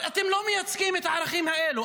אתם לא מייצגים את הערכים האלה,